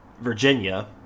virginia